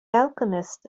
alchemist